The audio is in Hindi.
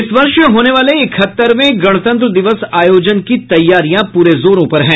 इस वर्ष होने वाले इकहत्तरवें गणतंत्र दिवस आयोजन की तैयारियां प्रे जोरों पर हैं